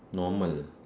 normal